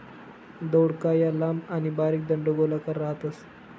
दौडका या लांब आणि बारीक दंडगोलाकार राहतस